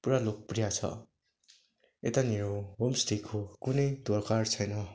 पुरा लोकप्रिय छ यतानिर होमस्टेको कुनै दरकार छैन